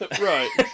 Right